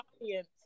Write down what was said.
audience